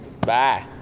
Bye